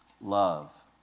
Love